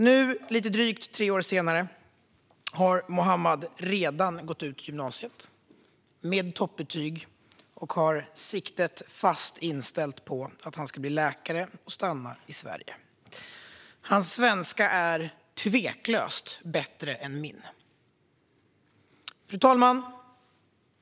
Nu, lite drygt tre år senare, har Muhammad redan gått ut gymnasiet med toppbetyg och har siktet fast inställt på att han ska bli läkare och stanna i Sverige. Hans svenska är tveklöst bättre än min. Fru talman!